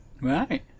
right